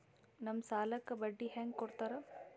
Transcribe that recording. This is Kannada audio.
ನಮ್ ಸಾಲಕ್ ಬಡ್ಡಿ ಹ್ಯಾಂಗ ಕೊಡ್ತಾರ?